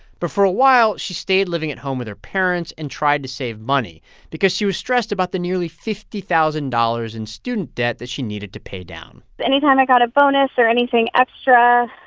but for a while, she stayed living at home with her parents and tried to save money because she was stressed about the nearly fifty thousand dollars in student debt that she needed to pay down anytime i got a bonus or anything extra,